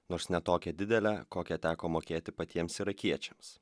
nors ne tokią didelę kokią teko mokėti patiems irakiečiams